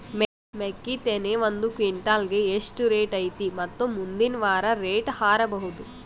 ಮೆಕ್ಕಿ ತೆನಿ ಒಂದು ಕ್ವಿಂಟಾಲ್ ಗೆ ಎಷ್ಟು ರೇಟು ಐತಿ ಮತ್ತು ಮುಂದಿನ ವಾರ ರೇಟ್ ಹಾರಬಹುದ?